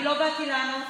לא באתי לענות.